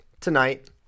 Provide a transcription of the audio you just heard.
Tonight